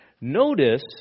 Notice